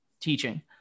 teaching